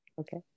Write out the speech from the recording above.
Okay